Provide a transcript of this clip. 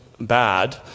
bad